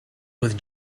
with